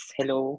Hello